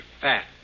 fat